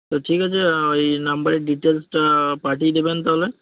তা ঠিক আছে এই নাম্বারের ডিটেলসটা পাঠিয়ে দেবেন তাহলে